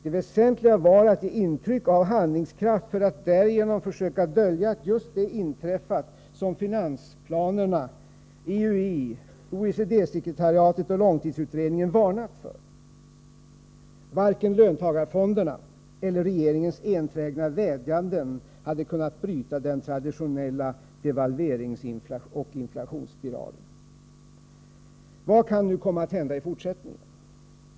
Det väsentliga var att ge intryck av handlingskraft för att därigenom försöka dölja att just det inträffat som finansplanerna, IUI, OECD-sekretariatet och Nr 130 långtidsutredningen varnat för. Varken löntagarfonderna eller regeringens Torsdagen den enträgna vädjanden hade kunnat bryta den traditionella devalveringscoh 26 april 1984 inflationsspiralen. Vad kan komma att hända i fortsättningen?